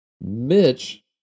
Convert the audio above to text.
Mitch